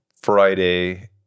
Friday